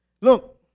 Look